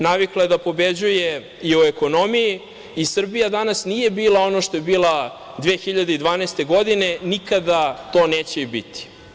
Navikla je da pobeđuje i u ekonomiji i Srbija danas nije bila ono što je bila 2012. godine, nikada to neće ni biti.